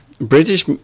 British